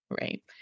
right